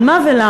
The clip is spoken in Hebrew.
על מה ולמה?